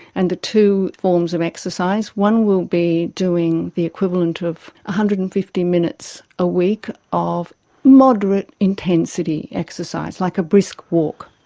and the two forms of exercise, one will be doing the equivalent of one hundred and fifty minutes a week of moderate intensity exercise, like a brisk walk.